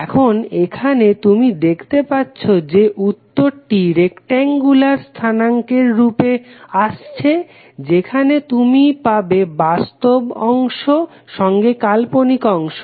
এখন এখানে তুমি দেখতে পাচ্ছো যে উত্তরটি রেক্টেংগুলার স্থানাঙ্ক এর রূপে আসছে যেখানে তুমি পাবে বাস্তব অংশ সঙ্গে কাল্পনিক অংশ